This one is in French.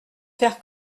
faire